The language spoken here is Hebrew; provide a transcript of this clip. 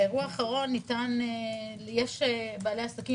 באירוע האחרון יש בעלי עסקים,